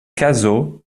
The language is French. cazaux